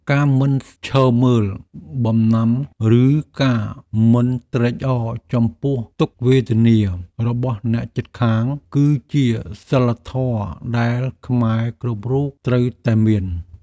ការមិនឈរមើលបំណាំឬការមិនត្រេកអរចំពោះទុក្ខវេទនារបស់អ្នកជិតខាង គឺជាសីលធម៌ដែលខ្មែរគ្រប់រូបត្រូវតែមាន។